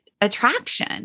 attraction